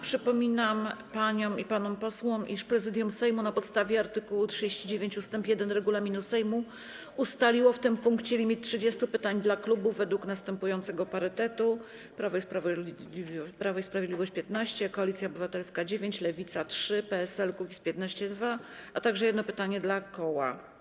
Przypominam paniom i panom posłom, iż Prezydium Sejmu na podstawie art. 39 ust. 1 regulaminu Sejmu ustaliło w tym punkcie limit 30 pytań dla klubów według następującego parytetu: Prawo i Sprawiedliwość - 15, Koalicja Obywatelska - dziewięć, Lewica - trzy, PSL-Kukiz15 - dwa, a także jedno pytanie dla koła.